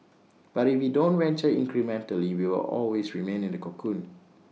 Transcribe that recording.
but if we don't venture incrementally we will always remain in the cocoon